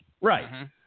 Right